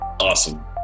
Awesome